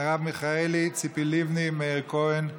מרב מיכאלי, ציפי לבני, מאיר כהן,